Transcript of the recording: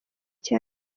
cyane